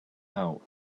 out